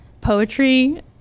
poetry